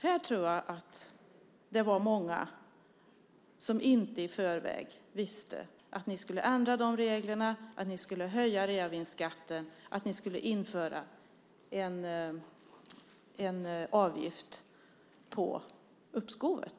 Jag tror att det var många som inte i förväg visste att ni skulle ändra de reglerna och höja reavinstskatten och införa en avgift på uppskovet.